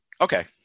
Okay